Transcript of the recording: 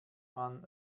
man